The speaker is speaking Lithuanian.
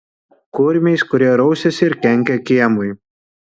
kurmiais kurie rausiasi ir kenkia kiemui